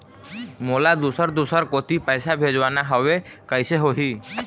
मोला दुसर दूसर कोती पैसा भेजवाना हवे, कइसे होही?